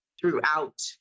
throughout